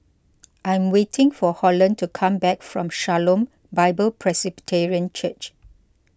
I am waiting for Holland to come back from Shalom Bible Presbyterian Church